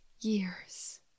years